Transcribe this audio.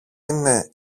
είναι